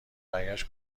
برگشت